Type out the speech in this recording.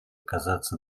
казаться